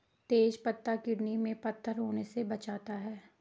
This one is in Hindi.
तेज पत्ता किडनी में पत्थर होने से भी बचाता है